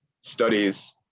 studies